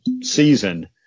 season